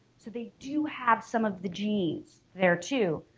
so they do have some of the genes there too,